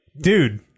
dude